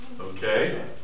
Okay